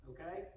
Okay